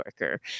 worker